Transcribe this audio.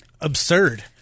absurd